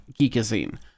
Geekazine